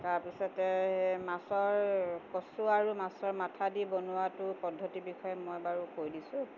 তাৰপিছতে মাছৰ কচু আৰু মাছৰ মাথা দি বনোৱাটো পদ্ধতিৰ বিষয়ে মই বাৰু কৈ দিছোঁ